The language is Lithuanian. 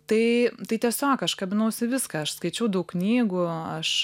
tai tai tiesiog aš kabinausi į viską aš skaičiau daug knygų aš